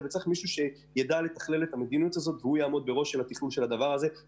לכן יש צורך במישהו שיתכלל את האירוע ויעמוד בראשו בסמכות